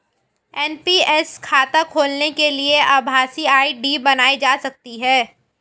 NPS खाता खोलने के लिए आभासी आई.डी बनाई जा सकती है